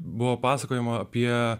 buvo pasakojama apie